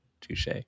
touche